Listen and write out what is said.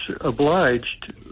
obliged